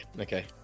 okay